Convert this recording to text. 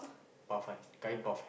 puff kan curry puff eh